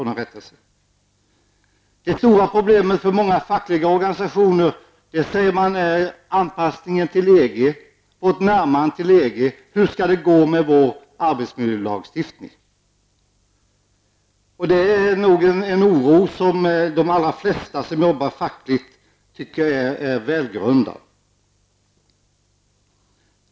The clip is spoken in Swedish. Det stora problemet för många fackliga organisationer är, säger man, anpassningen till EG. Det är nog en oro som de allra flesta som jobbar fackligt tycker är välgrundad.